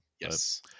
Yes